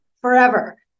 forever